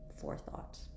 forethought